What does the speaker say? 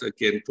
again